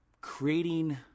creating